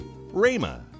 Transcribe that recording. Rama